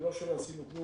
זה לא שלא עשינו כלום.